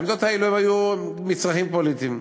העמדות האלה היו מצרכים פוליטיים.